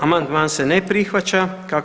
Amandman se ne prihvaća.